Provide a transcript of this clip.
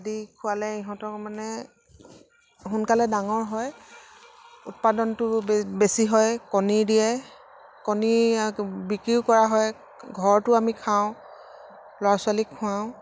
আদি খোৱালে ইহঁতক মানে সোনকালে ডাঙৰ হয় উৎপাদনটো বেছি হয় কণী দিয়ে কণী বিক্ৰীও কৰা হয় ঘৰতো আমি খাওঁ ল'ৰা ছোৱালীক খোৱাওঁ